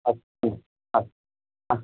अस्तु अस्तु अस्तु